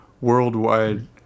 Worldwide